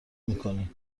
میکنی